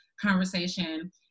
conversation